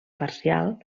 parcial